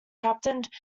captained